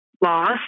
lost